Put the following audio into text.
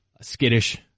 skittish